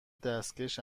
دستکش